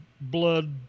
blood